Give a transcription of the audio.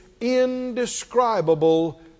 indescribable